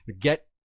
Get